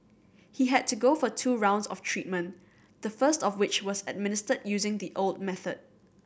he had to go for two rounds of treatment the first of which was administered using the old method